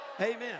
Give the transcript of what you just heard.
Amen